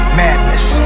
madness